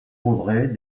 vaudrey